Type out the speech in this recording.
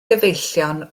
gyfeillion